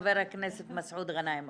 חבר הכנסת מסעוד גנאים,